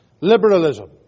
Liberalism